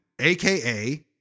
AKA